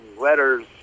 letters